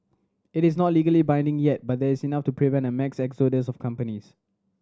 it is not legally binding yet but there's enough to prevent a mass exodus of companies